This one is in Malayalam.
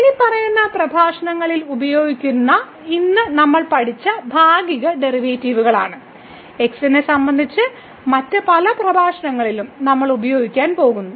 ഇനിപ്പറയുന്ന പ്രഭാഷണങ്ങളിൽ ഉപയോഗിക്കുന്ന ഇന്ന് നമ്മൾ പഠിച്ചത് ഭാഗിക ഡെറിവേറ്റീവുകളാണ് x നെ സംബന്ധിച്ച് മറ്റ് പല പ്രഭാഷണങ്ങളിലും നമ്മൾ ഉപയോഗിക്കാൻ പോകുന്നു